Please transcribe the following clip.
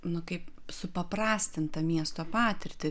nu kaip supaprastintą miesto patirtį